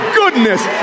goodness